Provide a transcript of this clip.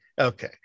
Okay